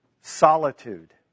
solitude